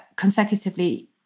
consecutively